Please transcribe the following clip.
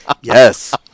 yes